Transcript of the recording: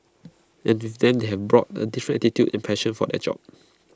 and with them they have brought A different attitude and passion for their job